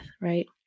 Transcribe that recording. right